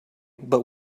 but